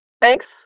Thanks